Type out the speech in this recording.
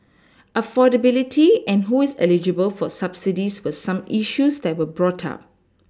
affordability and who is eligible for subsidies were some issues that were brought up